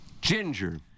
Ginger